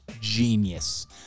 genius